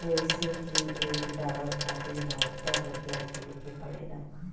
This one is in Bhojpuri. जइसे की एक डालर खातिर बहत्तर रूपया देवे के पड़ेला